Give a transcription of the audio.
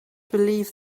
believe